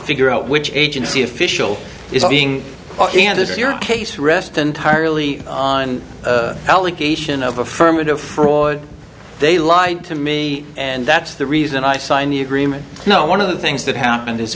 figure out which agency official is being and this is your case rests entirely on allegation of affirmative fraud they lied to me and that's the reason i signed the agreement no one of the things that happened is